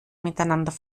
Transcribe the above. miteinander